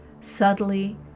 Subtly